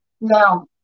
Now